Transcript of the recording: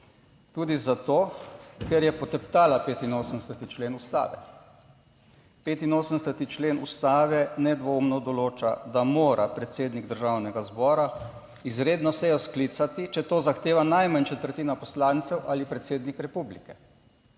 tudi zato, ker je poteptala 85. člen Ustave. 85. člen Ustave nedvoumno določa, da mora predsednik Državnega zbora izredno sejo sklicati, če to zahteva najmanj četrtina poslancev ali predsednik republike.